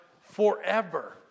forever